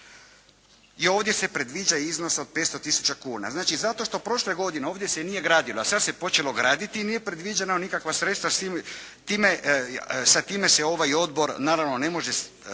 i ovdje se predviđa iznos od 500 tisuća kuna. Znači zato što prošle godine ovdje se nije gradila, sada se počelo graditi i nije predviđena nikakva sredstva. Sa time se ovaj odbor na ravno ne može